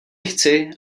chci